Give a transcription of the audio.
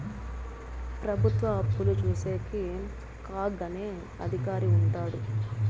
ప్రభుత్వ అప్పులు చూసేకి కాగ్ అనే అధికారి ఉంటాడు